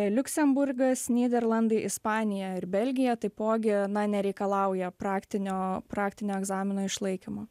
liuksemburgas nyderlandai ispanija ir belgija taipogi na nereikalauja praktinio praktinio egzamino išlaikymo